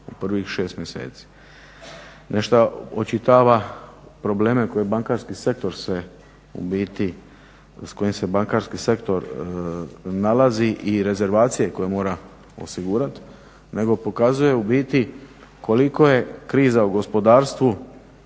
koje bankarski sektor se u biti, s kojim se bankarski sektor nalazi i rezervacije koje mora osigurati nego pokazuje u biti koliko je kriza u gospodarstvu